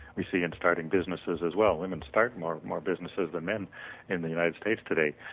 we see in starting businesses as well, women start more more businesses than men in the united states today.